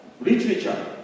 literature